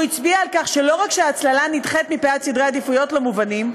והוא הצביע על כך שלא רק שההצללה נדחית מפאת סדרי עדיפויות לא מובנים,